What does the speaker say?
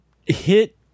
hit